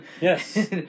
Yes